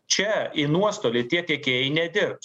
čia į nuostolį tie tiekėjai nedirbs